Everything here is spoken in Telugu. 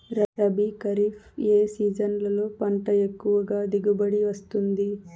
రబీ, ఖరీఫ్ ఏ సీజన్లలో పంట ఎక్కువగా దిగుబడి వస్తుంది